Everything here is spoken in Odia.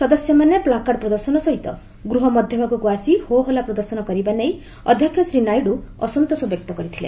ସଦସ୍ୟମାନେ ପ୍ଲାକାର୍ଡ ପ୍ରଦର୍ଶନ ସହିତ ଗୃହ ମଧ୍ୟଭାଗକୁ ଆସି ହୋହଲ୍ଲା ପ୍ରଦର୍ଶନ କରିବା ନେଇ ଅଧ୍ୟକ୍ଷ ଶ୍ରୀ ନାଇଡୁ ଅସନ୍ତୋଷ ବ୍ୟକ୍ତ କରିଥିଲେ